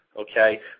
okay